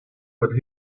but